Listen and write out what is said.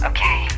Okay